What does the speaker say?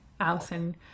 Allison